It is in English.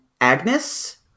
Agnes